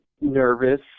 nervous